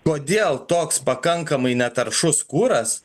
kodėl toks pakankamai netaršus kuras